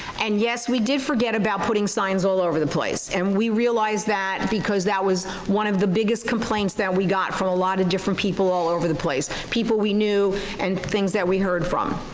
and yes, we did forget about putting signs all over the place and we realized that because that was one of the biggest complaints that we got from a lot of different people all over the place. people we knew and things that we heard from.